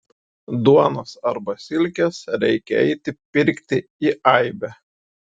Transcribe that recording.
duonos arba silkės reikia eiti pirkti į aibę